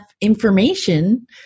information